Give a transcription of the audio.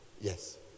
Yes